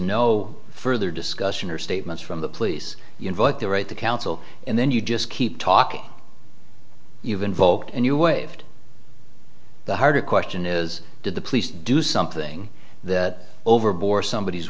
no further discussion or statements from the police invoke the right to counsel and then you just keep talking even vote and you waived the harder question is did the police do something that over bore somebod